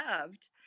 loved